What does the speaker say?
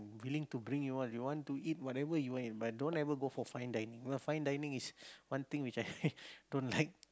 willing to bring you all you all want to eat whatever you want but don't ever go for fine dining fine dining is one thing which I don't like